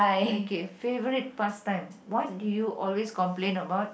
okay favourite pastime what do you always complain about